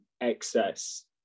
excess